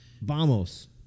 vamos